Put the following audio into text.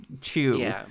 chew